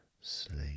sleep